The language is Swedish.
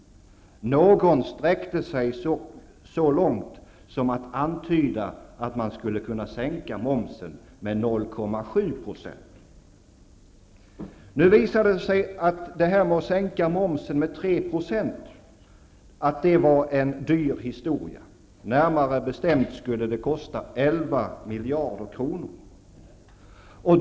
Någon sträckte sig så långt som att antyda att det skulle kunna bli en sänkning med 0,7 %. Att sänka momsen med 3 % visade sig dock vara en dyr historia; närmare bestämt skulle det kosta 11 miljarder kronor.